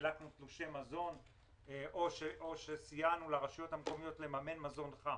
חילקנו תלושי מזון או סייענו לרשויות המקומיות לממן מזון חם,